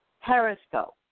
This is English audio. Periscope